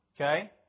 Okay